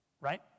Right